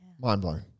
mind-blowing